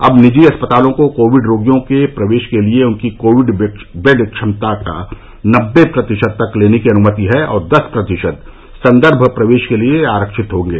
अब निजी अस्पतालों को कोविड रोगियों के प्रवेश के लिए उनकी कोविड बेड क्षमता का नब्बे प्रतिशत तक लेने की अनुमति है और दस प्रतिशत संदर्भ प्रवेश के लिए आरक्षित होंगे